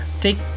take